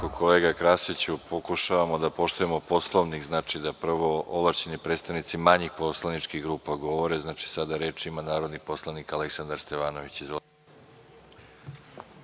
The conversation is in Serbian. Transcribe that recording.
kolega Krasiću, pokušavamo da poštujemo Poslovnik, znači da prvo ovlašćeni predstavnici manjih poslaničkih grupa govore. Sada reč ima narodni poslanik Aleksandar Stevanović. Izvolite.